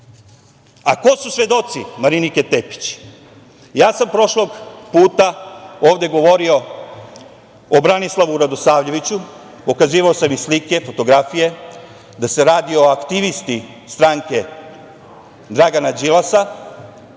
A ko su svedoci Marinike Tepić? Ja sam prošlog puta ovde govorio o Branislavu Radosavljeviću, pokazivao sam slike, fotografije, da se radi o aktivisti stranke Dragana Đilasa,